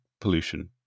pollution